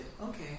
Okay